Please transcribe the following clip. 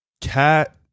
Cat